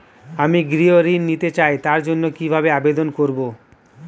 আমি গৃহ ঋণ নিতে চাই তার জন্য কিভাবে আবেদন করব?